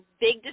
big